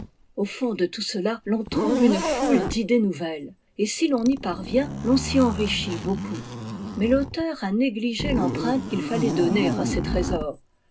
au fond de tout cela l'on trouvè une foule d'idées nouvelles et si l'on y parvient l'on s'y enrichit beaucoup mais l'auteur a négligé l'empreinte qu'il fallait donner à ces trésors